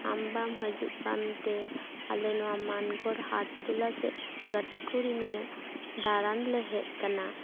ᱟᱢ ᱵᱟᱢ ᱦᱤᱡᱩᱜ ᱠᱟᱱᱛᱮ ᱟᱞᱮ ᱱᱚᱣᱟ ᱢᱟᱱᱠᱚᱨ ᱦᱟᱴ ᱛᱚᱞᱟ ᱥᱮᱡ ᱜᱟᱛᱮ ᱠᱩᱲᱤ ᱱᱤᱭᱟᱹᱫᱟᱬᱟᱱ ᱞᱮ ᱦᱮᱡ ᱠᱟᱱᱟ